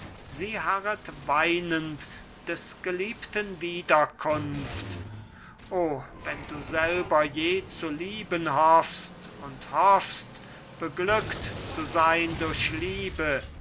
sie harret weinend des geliebten wiederkunft o wenn du selber je zu lieben hoffst und hoffst beglückt zu sein durch liebe